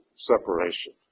separation